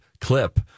clip